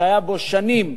שהוא היה בו שנים.